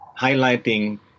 highlighting